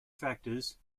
factors